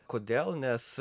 kodėl nes